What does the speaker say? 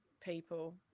people